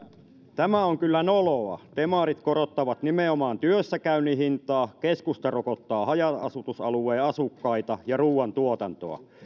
tämä on kyllä noloa demarit korottavat nimenomaan työssäkäynnin hintaa keskusta rokottaa haja asutusalueen asukkaita ja ruuantuotantoa